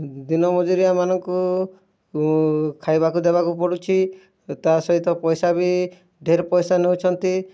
ଦିନ ମଜୁରିଆମାନଙ୍କୁ ଖାଇବାକୁ ଦେବାକୁ ପଡ଼ୁଛି ତା ସହିତ ପଇସା ବି ଢ଼େର ପଇସା ନେଉଛନ୍ତି